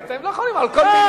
אתם לא יכולים על כל מלה,